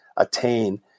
Attain